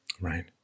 Right